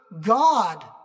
God